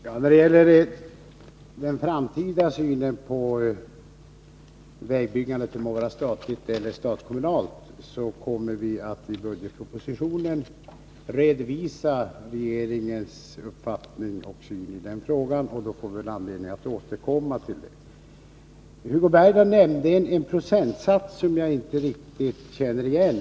Herr talman! När det gäller den framtida synen på vägbyggandet, det må gälla statligt eller statskommunalt byggande, kommer vi att i budgetpropositionen redovisa regeringens uppfattning i frågan, och därför får vi väl anledning att återkomma. Hugo Bergdahl nämnde en procentsats som jag inte riktigt känner igen.